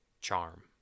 charm